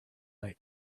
night